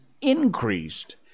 increased